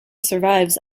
survives